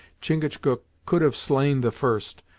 chingachgook could have slain the first,